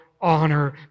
honor